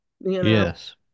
Yes